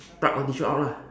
pluck one tissue out lah